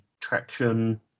traction